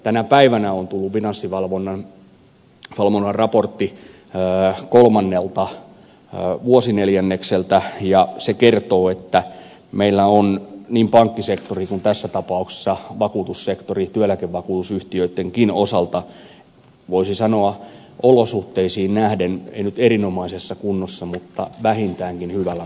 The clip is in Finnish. tänä päivänä on tullut finanssivalvonnan raportti kolmannelta vuosineljännekseltä ja se kertoo että meillä on niin pankkisektori kuin tässä tapauksessa vakuutussektori työeläkevakuutusyhtiöittenkin osalta voisi sanoa olosuhteisiin nähden ei nyt erinomaisessa kunnossa mutta vähintäänkin hyvällä mallilla